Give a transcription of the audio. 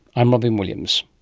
i'm robyn williams